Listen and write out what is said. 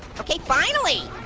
okay finally.